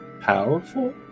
powerful